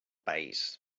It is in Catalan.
país